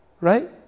right